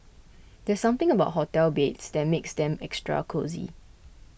there's something about hotel beds that makes them extra cosy